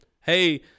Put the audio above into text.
hey